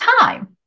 time